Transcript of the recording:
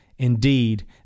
Indeed